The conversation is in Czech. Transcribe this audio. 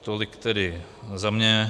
Tolik tedy za mě.